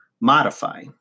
modify